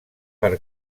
per